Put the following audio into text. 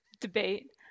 debate